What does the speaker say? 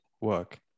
work